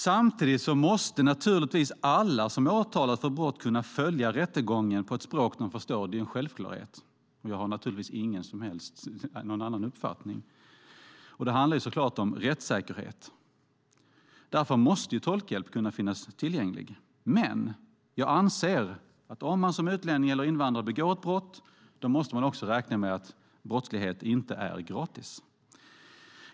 Samtidigt måste naturligtvis alla som åtalas för brott kunna följa rättegången på ett språk de förstår. Det är en självklarhet, och jag har naturligtvis inte någon annan uppfattning. Det handlar om rättssäkerhet. Därför måste tolkhjälp kunna finnas tillgänglig. Men jag anser att om man som utlänning eller invandrad begår ett brott, då måste man räkna med att brottslighet inte är gratis.